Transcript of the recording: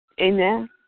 Amen